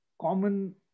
common